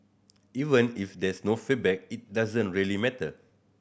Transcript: even if there's no feedback it doesn't really matter